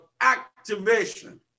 activation